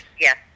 yes